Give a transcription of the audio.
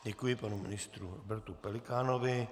Děkuji panu ministru Robertu Pelikánovi.